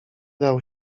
dał